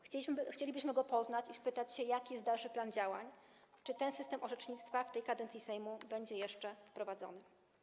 Chcielibyśmy go poznać i spytać się, jaki jest dalszy plan działań, czy ten system orzecznictwa w tej kadencji Sejmu będzie jeszcze wprowadzony.